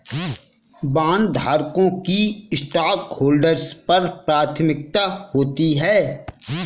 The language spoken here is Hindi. बॉन्डधारकों की स्टॉकहोल्डर्स पर प्राथमिकता होती है